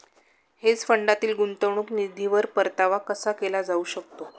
Hedge फंडातील गुंतवणूक निधीवर परतावा कसा केला जाऊ शकतो?